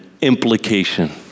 implication